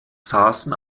saßen